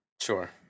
Sure